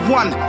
one